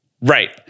Right